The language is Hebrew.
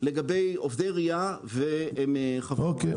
לגבי עובדי עירייה ו --- אוקי,